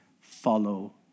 follow